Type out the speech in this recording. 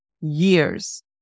years